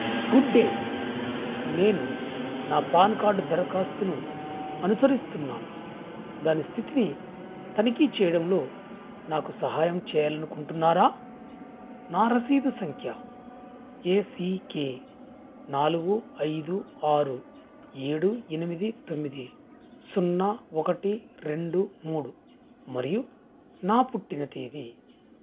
good day నేను నా PAN card దరఖాస్తును అనుసరిస్తున్నాను దాని స్థితిని తనిఖీ చేయడంలో నాకు సహాయం చేయాలి అనుకుంటున్నారా నా రసీదు సంఖ్య ఏ సి కె నాలుగు ఐదు ఆరు ఏడు ఎనిమిది తొమ్మిది సున్నా ఒకటి రెండు మూడు మరియు నా పుట్టిన తేదీ